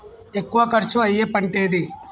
ఎక్కువ ఖర్చు అయ్యే పంటేది?